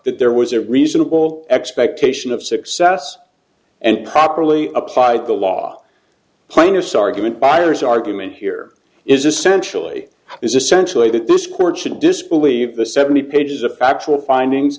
there was a reasonable expectation of success and properly applied the law plaintiffs are given buyers argument here is essentially is essentially that this court should disbelieve the seventy pages of factual findings